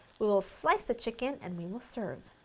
we will slice the chicken and we will serve.